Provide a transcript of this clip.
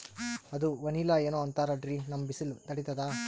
ಅದು ವನಿಲಾ ಏನೋ ಅಂತಾರಲ್ರೀ, ನಮ್ ಬಿಸಿಲ ತಡೀತದಾ?